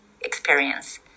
experience